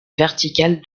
verticale